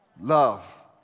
Love